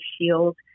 shield